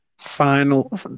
Final